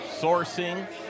sourcing